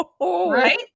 Right